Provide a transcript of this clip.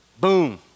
Boom